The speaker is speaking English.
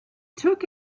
took